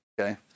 okay